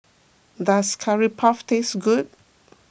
does Curry Puff taste good